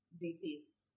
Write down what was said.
deceased